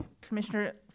Commissioner